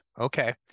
okay